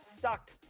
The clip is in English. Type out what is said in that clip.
sucked